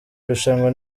irushanwa